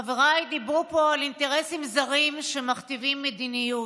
חבריי דיברו פה על אינטרסים זרים שמכתיבים מדיניות.